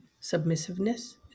submissiveness